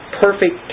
perfect